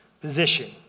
position